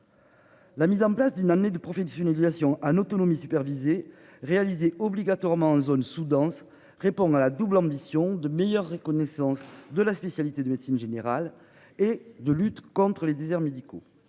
La mise en place d'une année de profit d'une éducation Anne autonomie supervisée réalisé obligatoirement en zone sous-dense répond à la double ambition de meilleure reconnaissance de la spécialité de médecine générale et de lutte contre les déserts médicaux.